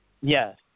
Yes